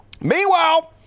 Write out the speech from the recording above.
Meanwhile